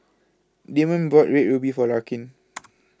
Damond bought Red Ruby For Larkin